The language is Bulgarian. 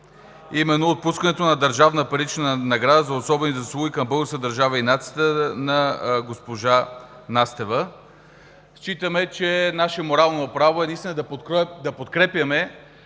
отпускането на държавна парична награда за особени заслуги към българската държава и нацията на госпожа Настева. Считаме, че наше морално право е наистина да подкрепяме